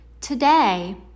Today